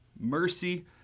mercy